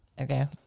Okay